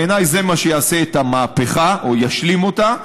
בעיניי זה מה שיעשה את המהפכה, או ישלים אותה.